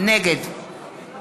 נגד